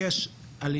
הכלי.